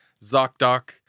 ZocDoc